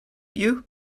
you